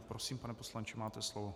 Prosím, pane poslanče, máte slovo.